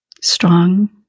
strong